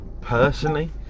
personally